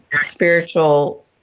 spiritual